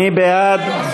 מי בעד?